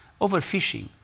overfishing